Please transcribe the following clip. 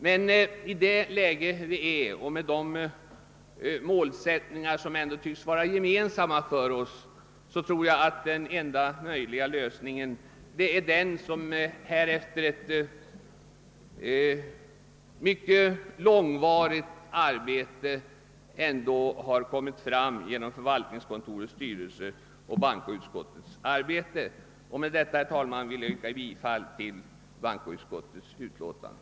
Men i det läge vi befinner oss i, och med de målsättningar som ändå tycks vara gemensamma för oss, tror jag att den enda möjliga lösningen är den som efter ett mycket långvarigt arbete har presenterats av förvaltningskontorets styrelse och bankoutskottet. Med detta, herr talman, vill jag yrka bifall till bankoutskottets utlåtande.